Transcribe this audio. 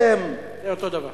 אותו דבר.